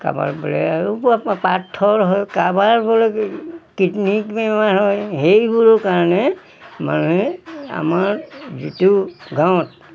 কাৰবাৰ বোলে আৰু পাথৰ হয় কাবাৰ বোলে কিডনিক বেমাৰ হয় সেইবোৰৰ কাৰণে মানুহে আমাৰ যিটো গাঁৱত